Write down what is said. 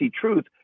truth